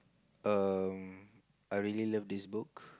um I really love this book